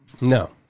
No